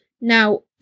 Now